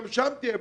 גם שם תהיה בעיה,